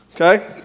Okay